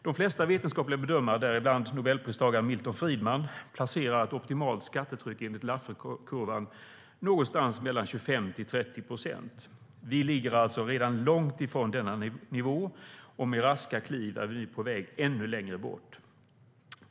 De flesta vetenskapliga bedömare, däribland nobelpristagaren Milton Friedman, placerar optimalt skattetryck enligt Lafferkurvan på någonstans mellan 25 och 30 procent. Vi ligger alltså redan långt ifrån denna nivå, och med raska kliv är vi på väg ännu längre bort.